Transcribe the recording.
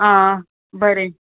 आं बरें